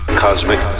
cosmic